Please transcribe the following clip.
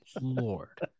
Lord